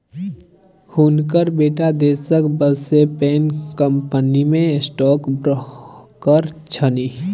हुनकर बेटा देशक बसे पैघ कंपनीमे स्टॉक ब्रोकर छनि